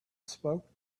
spoke